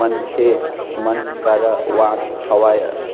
मनखे मन करवात हवँय